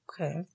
Okay